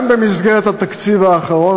גם במסגרת התקציב האחרון,